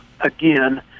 again